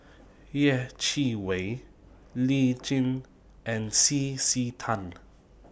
Yeh Chi Wei Lee Tjin and C C Tan